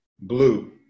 blue